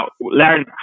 learn